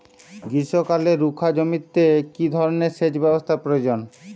গ্রীষ্মকালে রুখা জমিতে কি ধরনের সেচ ব্যবস্থা প্রয়োজন?